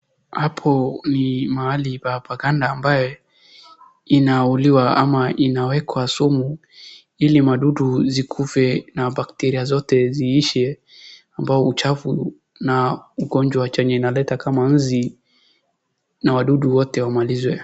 Hapo ni mahali paganda ambaye huliwa ama linawekwa sumu ili madudu zikufe na bakteria zote ziishe kwa uchafu na ugonjwa chenye analeta kama nzi na wadudu wote wamalizwe.